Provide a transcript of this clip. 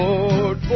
Lord